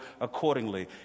accordingly